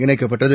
இணைக்கப்பட்டது